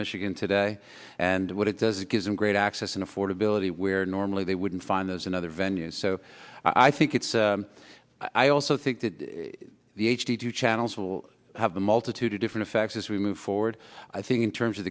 michigan today and what it does it gives them great access and affordability where normally they wouldn't find those in other venues so i think it's i also think that the h d channels will have a multitude of different effects as we move forward i think in terms of